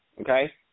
okay